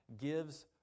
gives